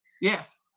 Yes